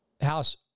House